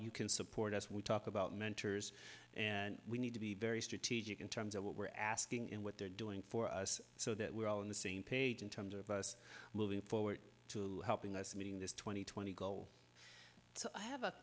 you can support us we talk about mentors and we need to be very strategic in terms of what we're asking in what they're doing for us so that we're all in the same page in terms of us moving forward to helping us meeting this twenty twenty goal so i have a